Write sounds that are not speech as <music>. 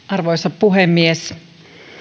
<unintelligible> arvoisa puhemies